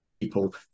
people